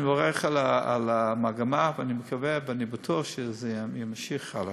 אני מברך על המגמה ואני מקווה ואני בטוח שזה יימשך הלאה.